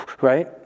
right